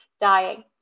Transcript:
dying